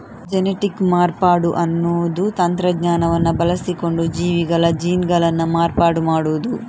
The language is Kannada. ಜೆನೆಟಿಕ್ ಮಾರ್ಪಾಡು ಅನ್ನುದು ತಂತ್ರಜ್ಞಾನವನ್ನ ಬಳಸಿಕೊಂಡು ಜೀವಿಗಳ ಜೀನ್ಗಳನ್ನ ಮಾರ್ಪಾಡು ಮಾಡುದು